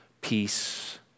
peace